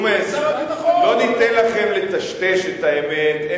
ג'ומס, לא ניתן לכם לטשטש את האמת.